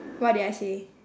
what did I say